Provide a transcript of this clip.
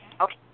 Okay